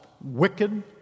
Wicked